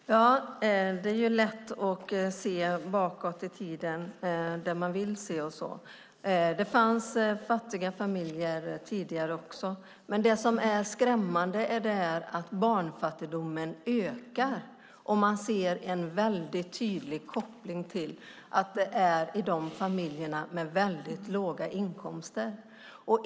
Herr talman! Det är ju lätt att se bakåt i tiden det man vill se. Det fanns fattiga familjer tidigare också. Men det som är skrämmande är att barnfattigdomen ökar, och vi ser en väldigt tydlig koppling till familjer med väldigt låga inkomster.